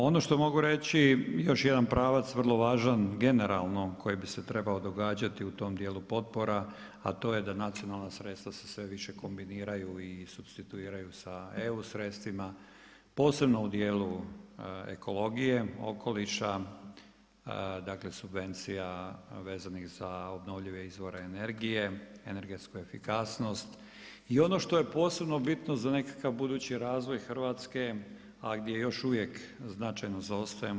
Ono što mogu reći još jedan pravac vrlo važan generalno koji bi se trebao događati u tom dijelu potpora, a to je da nacionalna sredstva se sve više kombiniraju i supstituiraju sa EU sredstvima, posebno u dijelu ekologije, okoliša, dakle, subvencija, vezanih za obnovljive izvore energije, energetsku efikasnost i ono što je posebno bitno za nekakvi budući razvoj Hrvatske, a gdje još uvijek značajno zaostajemo.